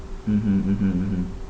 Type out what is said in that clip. mmhmm mmhmm mmhmm